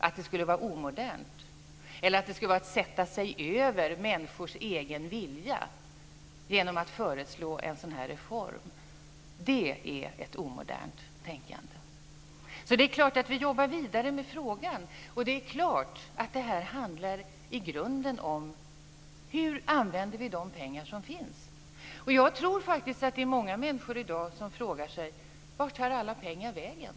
Att det skulle vara omodernt eller att det skulle vara att sätta sig över människors egen vilja att föreslå en sådan här reform är ett omodernt tänkande. Det är klart att vi jobbar vidare med frågan, och det är klart att det här i grunden handlar om hur vi använder de pengar som finns. Jag tror faktiskt att många människor i dag frågar sig: Vart tar alla pengar vägen?